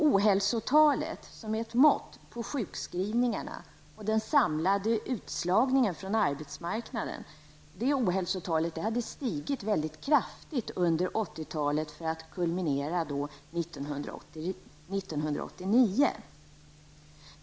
Ohälsotalet, som är ett mått på sjukskrivningarna och den samlade utslagningen från arbetsmarknaden, hade stigit kraftigt under 80-talet för att kulminera 1989.